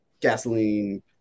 gasoline